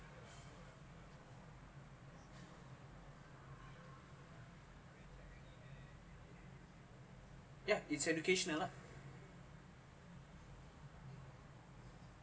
yeah it's educational lah